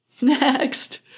next